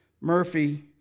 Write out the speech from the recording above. Murphy